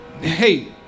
Hey